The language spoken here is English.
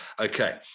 Okay